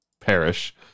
perish